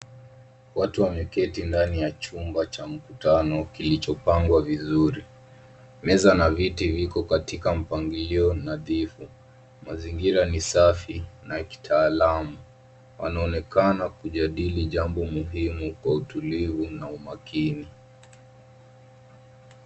Watu wameketi ndani ya chumba cha mkutano kilichopangwa vizuri. Meza na viti viko katika mpangilio nadhifu. Mazingira ni safi na kitaalam. Wanaonekana kujadili jambo muhimu kwa utulivu na umakini.